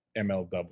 mlw